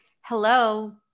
hello